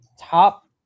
top